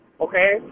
Okay